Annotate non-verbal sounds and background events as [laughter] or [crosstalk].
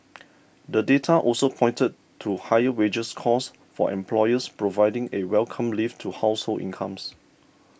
[noise] the data also pointed to higher wages costs for employers providing a welcome lift to household incomes